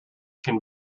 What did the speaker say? can